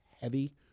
heavy